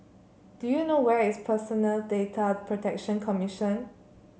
do you know where is Personal Data Protection Commission